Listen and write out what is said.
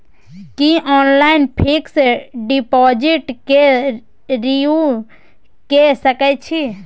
की online fix deposit के renew के सकै छी?